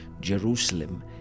Jerusalem